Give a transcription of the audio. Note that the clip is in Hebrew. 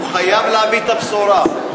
הוא חייב להביא את הבשורה.